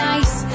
Nice